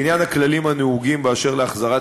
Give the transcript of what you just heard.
2. לעניין הכללים הנהוגים באשר להחזרת